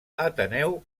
ateneu